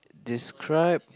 describe